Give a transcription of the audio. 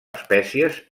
espècies